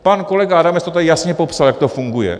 Pan kolega Adamec to tady jasně popsal, jak to funguje.